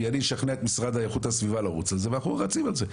כי אני אשכנע את משרד איכות הסביבה לרוץ על זה ואנחנו רצים על זה.